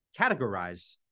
categorize